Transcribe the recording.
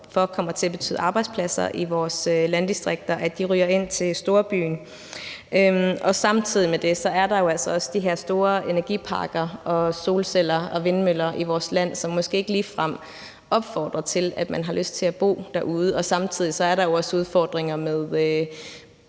for kommer til at betyde, at der i vores landdistrikter er arbejdspladser, der ryger ind til storbyen. Samtidig med det er der jo altså også de her store energiparker med solceller og vindmøller i vores land, som måske ikke ligefrem opfordrer til, at man har lyst til at bo derude, og der er jo også udfordringer med